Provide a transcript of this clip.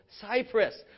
Cyprus